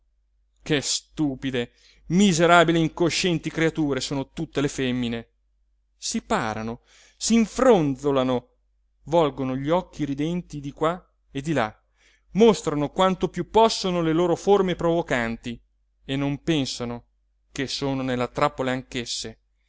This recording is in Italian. che stupide miserabili e incoscienti creature sono tutte le femmine si parano s'infronzolano volgono gli occhi ridenti di qua e di là mostrano quanto più possono le loro forme provocanti e non pensano che sono nella trappola